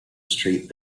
street